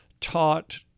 taught